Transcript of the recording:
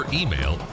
email